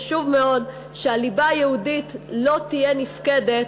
חשוב מאוד שהליבה היהודית לא תהיה נפקדת